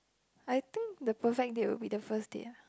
I think the perfect date would be the first date ah